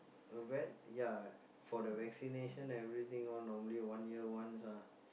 vet ya for the vaccination everything all normally one year once ah